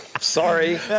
sorry